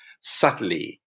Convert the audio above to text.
subtly